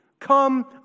Come